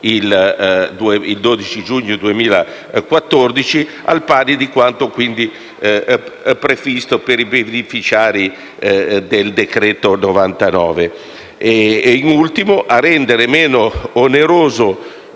il 12 giugno 2014), al pari di quanto quindi previsto per i beneficiari del decreto-legge